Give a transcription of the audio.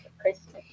Christmas